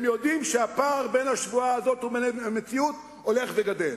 הם יודעים שהפער בין השבועה לבין המציאות הולך וגדל.